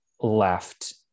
left